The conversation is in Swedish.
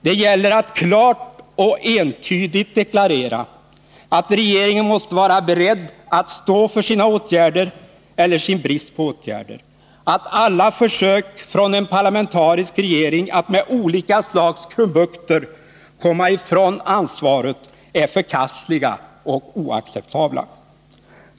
Det gäller att klart och entydigt deklarera att regeringen måste vara beredd att stå för sina åtgärder — eller för sin brist på åtgärder. Alla försök från en parlamentarisk regering att med olika slags krumbukter komma ifrån ansvaret är förkastliga och oacceptabla.